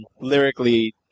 Lyrically